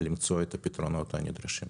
למצוא את הפתרונות הנדרשים.